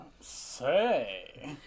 Say